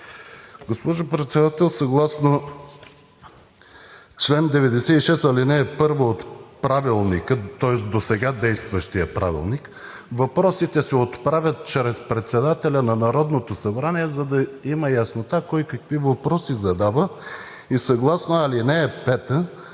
Госпожо Председател, съгласно чл. 96, ал. 1 от Правилника, тоест досега действащия Правилник, въпросите се отправят чрез председателя на Народното събрание, за да има яснота кой какви въпроси задава и съгласно ал. 5